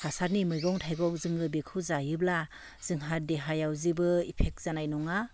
हासारनि मैगं थाइगं जोङो बेखौ जायोब्ला जोंहा देहायाव जेबो इफेक्ट जानाय नङा